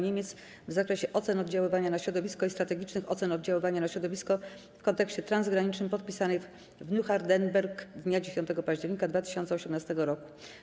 Niemiec w zakresie ocen oddziaływania na środowisko i strategicznych ocen oddziaływania na środowisko w kontekście transgranicznym, podpisanej w Neuhardenberg dnia 10 października 2018 r.